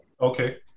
Okay